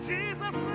Jesus